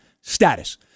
status